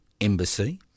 embassy